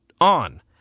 on